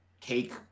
cake